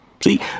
See